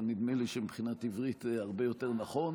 אבל נדמה לי שמבחינת עברית זה הרבה יותר נכון.